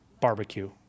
barbecue